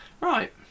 Right